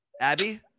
Abby